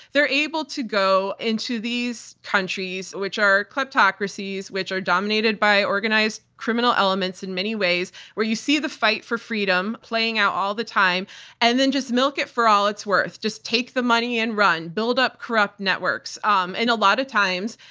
they are able to go into these countries these countries which are kleptocracies, which are dominated by organized criminal elements in many ways, where you see the fight for freedom playing out all the time and then just milk it for all it's worth. just take the money and run. build up corrupt networks. um and a lot of times,